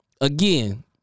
again